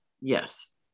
yes